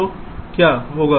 तो क्या होगा